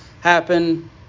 happen